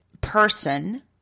person